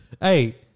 hey